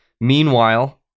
Meanwhile